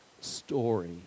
story